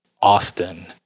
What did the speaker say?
austin